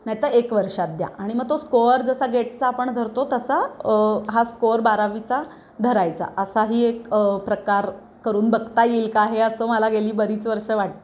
नाही तर एक वर्षात द्या आणि मग तो स्कोअर जसा गेटचा आपण धरतो तसा हा स्कोअर बारावीचा धरायचा असाही एक प्रकार करून बघता येईल का हे असं मला गेली बरीच वर्ष वाटतं आहे